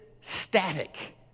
static